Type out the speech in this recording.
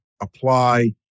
apply